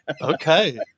okay